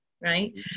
right